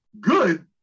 good